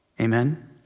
Amen